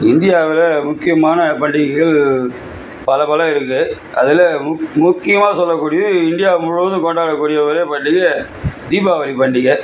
இந்தியாவில் முக்கியமான பண்டிகைகள் பல பல இருக்குது அதில் முக் முக்கியமாக சொல்லக்கூடிய இண்டியா முழுவதும் கொண்டாடக்கூடிய ஒரே பண்டிகை தீபாவளி பண்டிகை